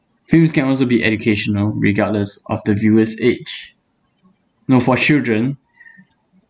films can also be educational regardless of the viewer's age you know for children